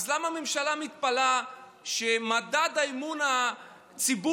אז למה הממשלה מתפלאה שמדד אמון הציבור